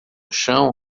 chão